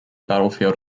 battlefield